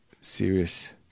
serious